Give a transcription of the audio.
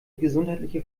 gesundheitliche